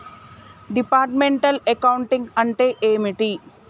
Departmental accounting అంటే ఏమిటి?